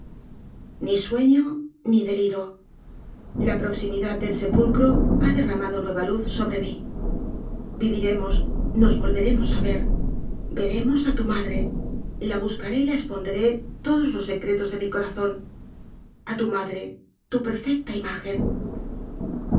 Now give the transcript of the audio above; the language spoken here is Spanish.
ni sueño ni deliro la proximidad del sepulcro ha derramado nueva luz sobre mí viviremos nos volveremos á ver veremos á tu madre la buscaré y la espondré todos los secretos de mi corazón a tu madre tu perfecta imagen